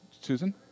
Susan